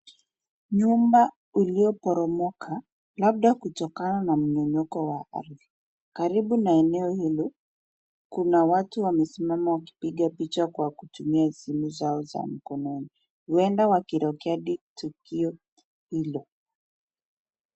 Nyumba ulioporomoka labda kutokana na mnyonyoko wa ardhi. Karibu na eneo hilo, kuna watu wamesimama wakipiga picha kwa kutumia simu zao za mkononi, huenda wakirekodi tukio hilo.